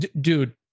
dude